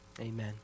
Amen